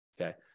okay